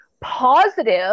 positive